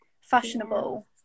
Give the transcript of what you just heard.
fashionable